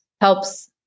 helps